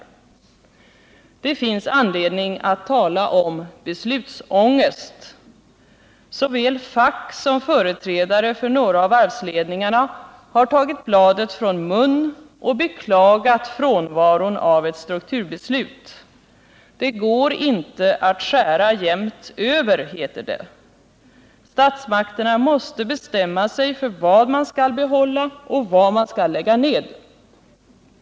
Det finns anledning att tala om beslutsångest. Såväl facket som företrädare för några av varvsledningarna har tagit bladet från munnen och beklagat frånvaron av ett strukturbeslut. Det går inte att skära jämnt över, heter det. Statsmakterna måste bestämma sig för vad man skall behålla och vad man skall lägga ned.